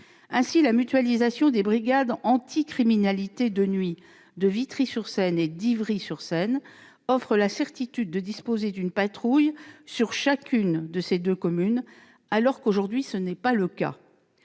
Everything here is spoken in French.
La mutualisation des brigades anti-criminalité de nuit de Vitry-sur-Seine et d'Ivry-sur-Seine offre la certitude de disposer d'une patrouille dans chacune de ces deux communes, ce qui n'est pas le cas